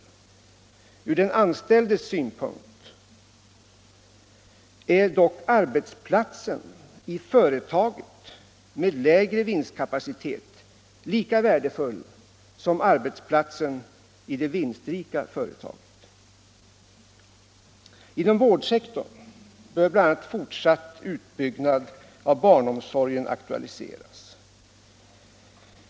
Från den anställdes synpunkt är dock arbetsplatsen i företaget med lägre vinstkapacitet lika värdefull som arbetsplatsen i det vinstrika företaget. Inom vårdsektorn bör bl.a. fortsatt utbyggnad av barnomsorgen aktualiseras.